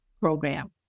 program